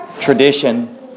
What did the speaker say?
tradition